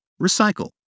recycle